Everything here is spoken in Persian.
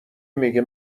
میگه